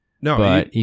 No